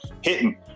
hitting